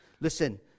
Listen